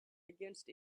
against